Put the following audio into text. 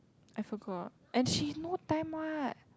I forgot and she is no time what